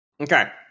Okay